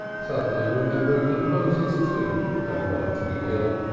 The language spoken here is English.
suddenly remembering that moses, too, had a right to be ill.